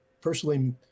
personally